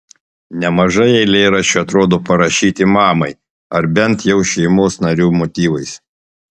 nemažai eilėraščių atrodo parašyti mamai ar bent jau šeimos narių motyvais